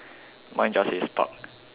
mine just says park